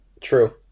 True